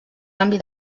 canvi